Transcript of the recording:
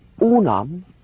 unam